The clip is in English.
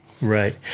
Right